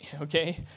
okay